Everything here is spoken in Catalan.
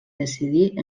decidir